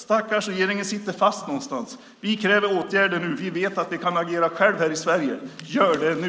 Stackars regeringen sitter fast någonstans. Vi kräver åtgärder nu. Vi vet att vi kan agera själva här i Sverige. Gör det nu!